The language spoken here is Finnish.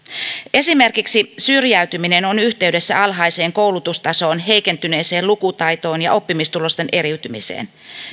esimerkiksi syrjäytyminen on yhteydessä alhaiseen koulutustasoon heikentyneeseen lukutaitoon ja oppimistulosten eriytymiseen